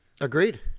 Agreed